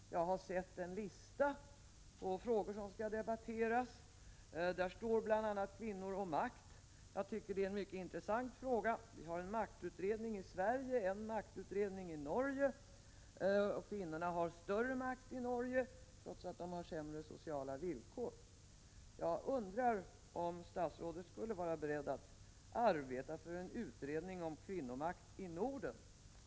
Jag har sett en lista på frågor som skall debatteras, och där står bl.a. Kvinnor och makt. Det är en intressant fråga. Vi har en maktutredning i Sverige, man har en maktutredning i Norge. Kvinnorna har större makt i Norge trots att de har sämre sociala villkor. Jag undrar om statsrådet skulle vara beredd att arbeta för en utredning om kvinnomakt i Norden.